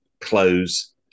close